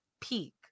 peak